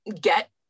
get